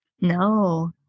No